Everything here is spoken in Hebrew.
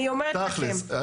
תכל'ס.